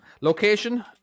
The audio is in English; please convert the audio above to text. Location